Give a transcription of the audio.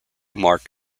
mark